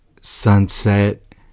sunset